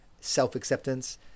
self-acceptance